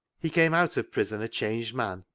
he came out of prison a changed man,